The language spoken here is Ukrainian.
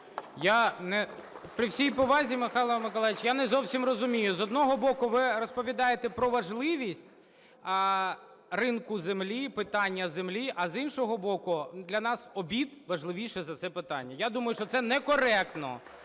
При всій повазі, Михайло Миколайович, я не зовсім розумію. З одного боку, ви розповідаєте про важливість ринку землі, питання землі, а, з іншого боку, для нас обід важливіше за це питання. Я думаю, що це некоректно.